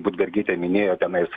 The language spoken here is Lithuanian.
budbergytė minėjo tenais